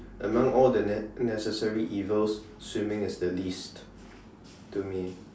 among all the ne~ necessary evils swimming is the least to me